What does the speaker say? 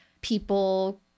people